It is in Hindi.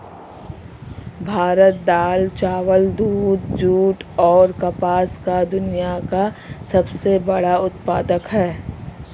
भारत दाल, चावल, दूध, जूट, और कपास का दुनिया का सबसे बड़ा उत्पादक है